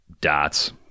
dots